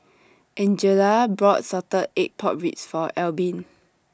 Angela bought Salted Egg Pork Ribs For Albin